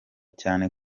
cyane